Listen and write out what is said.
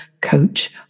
Coach